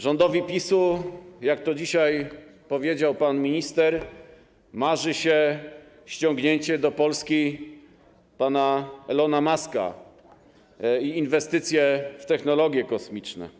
Rządowi PiS-u, jak to dzisiaj powiedział pan minister, marzy się ściągnięcie do Polski pana Elona Muska i inwestycje w technologie kosmiczne.